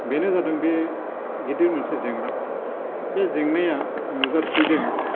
बेनो जादों बे गिदिर मोनसे जेंना बे जेंनाया नुजाथिदों